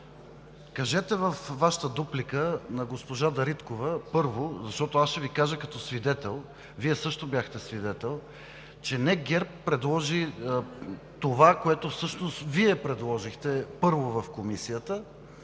кажете във Вашата дуплика на госпожа Дариткова, първо, защото аз ще Ви кажа като свидетел, а Вие също бяхте свидетел, че не ГЕРБ предложи това, което всъщност Вие предложихте – първо, в Комисията